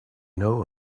know